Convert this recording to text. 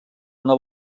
una